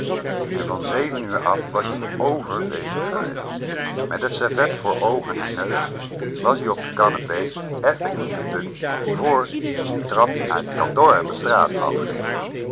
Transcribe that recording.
en van zeven uur af was-ie over bezig geweest met het servet voor oogen en neus wasie op de kanapee effen ingetukt vr ie t trappie naar t kantoor aande straat af